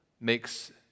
makes